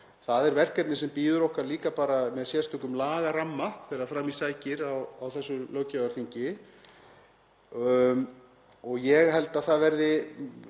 Það er verkefni sem bíður okkar líka með sérstökum lagaramma þegar fram í sækir á þessu löggjafarþingi. Ég held að það verði